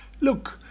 look